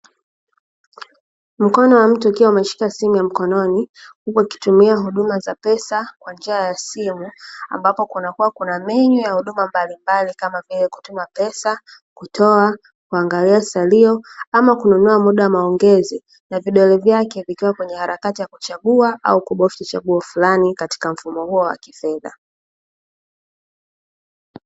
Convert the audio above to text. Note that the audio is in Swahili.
Mkono wa mtu ukiwa umeshika simu ya mkononi, huku akitumia huduma za pesa kwa njia ya simu, ambapo kunakuwa kuna menyu ya huduma mbalimbali, kama vile: kutuma pesa, kutoa, kuangalia salio ama kununua muda wa maongezi, na vidole vyake vikiwa kwenye harakati ya kuchagua au kubofya chaguo fulani katika mfumo huo wa kifedha.